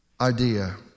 idea